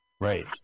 Right